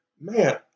man